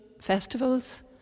festivals